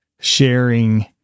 sharing